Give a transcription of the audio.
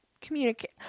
communicate